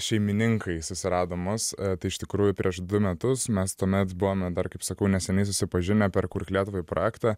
šeimininkai susirado mus tai iš tikrųjų prieš du metus mes tuomet buvome dar kaip sakau neseniai susipažinę per kurk lietuvai projektą